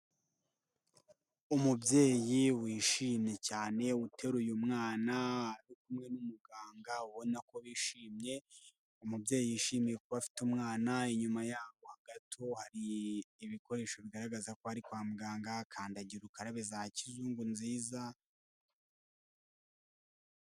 Umubyeyi wishimye cyane, uteruye umwana ari kumwe n'umuganga ubona ko bishimye, umubyeyi yishimiye kuba afite umwana, inyuma yaho gato hari ibikoresho bigaragaza ko ari kwa muganga, kandagira ukarabe za kizungu nziza.